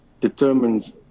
determines